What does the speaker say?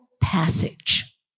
passage